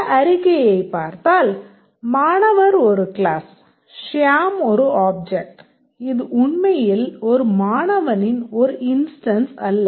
இந்த அறிக்கையைப் பார்த்தால் மாணவர் ஒரு கிளாஸ் ஷியாம் ஒரு ஆப்ஜெக்ட் இது உண்மையில் ஒரு மாணவனின் ஒரு instance அல்ல